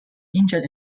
indian